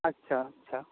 আচ্ছা আচ্ছা